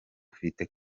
ufite